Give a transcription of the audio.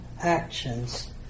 actions